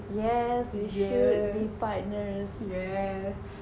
yeah we should be partners